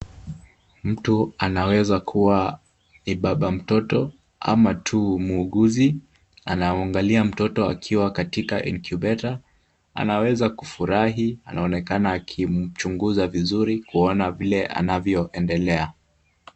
Mtu anaweza kuwa ni baba mtoto ama tu muuguzi. Anaangalia mtoto akiwa katika incubator anaweza kufurahi. Anaoenakana akimchunguza vizuri kuona vile anavyoendelea.